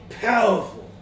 powerful